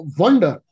wonder